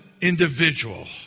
individual